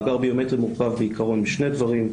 מאגר ביומטרי מורכב בעיקרון משני דברים,